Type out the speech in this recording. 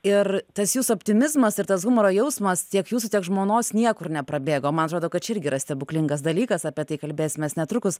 ir tas jūsų optimizmas ir tas humoro jausmas tiek jūsų tiek žmonos niekur neprabėgo man atrodo kad čia irgi yra stebuklingas dalykas apie tai kalbėsimės netrukus